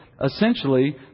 essentially